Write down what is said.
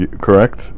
correct